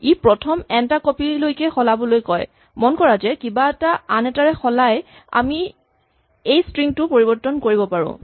ই প্ৰথম এন টা কপি লৈকে সলাবলৈ কয় মন কৰা যে কিবা এটা আন এটাৰে সলাই আমি এই স্ট্ৰিং টোৰ পৰিবৰ্তন কৰোঁ